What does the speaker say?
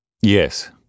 Yes